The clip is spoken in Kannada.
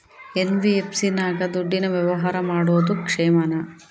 ಎನ್.ಬಿ.ಎಫ್.ಸಿ ನಾಗ ದುಡ್ಡಿನ ವ್ಯವಹಾರ ಮಾಡೋದು ಕ್ಷೇಮಾನ?